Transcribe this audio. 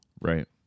Right